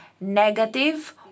negative